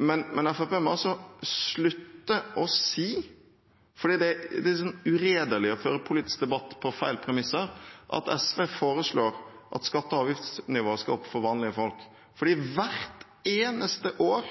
Men Fremskrittspartiet må altså slutte å si – for det er uredelig å føre politisk debatt på feil premisser – at SV foreslår at skatte- og avgiftsnivået skal opp for vanlige folk. For hvert eneste år